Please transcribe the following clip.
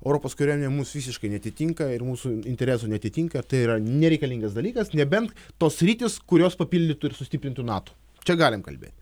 europos kariuomenė mus visiškai neatitinka ir mūsų interesų neatitinka tai yra nereikalingas dalykas nebent tos sritys kurios papildytų ir sustiprintų nato čia galim kalbėt